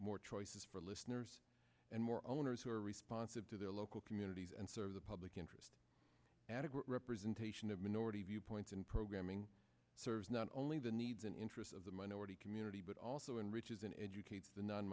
more choices for listeners and more owners who are responsive to their local communities and serve the public interest adequate representation of minority viewpoints and programming serves not only the needs and interests of the minority community but also enriches and educates the non